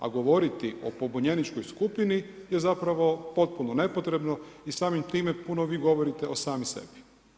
A govoriti o pobunjeničkoj skupini je zapravo potpuno nepotrebno i samim time puno vi govorite o sami sebi.